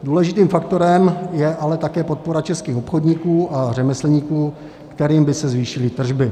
Důležitým faktorem je ale také podpora českých obchodníků a řemeslníků, kterým by se zvýšily tržby.